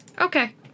Okay